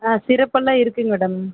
ஆ சிரப்பெல்லாம் இருக்குதுங்க மேடம்